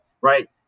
right